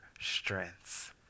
strengths